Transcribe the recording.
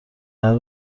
الان